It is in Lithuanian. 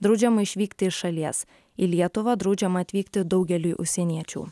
draudžiama išvykti iš šalies į lietuvą draudžiama atvykti daugeliui užsieniečių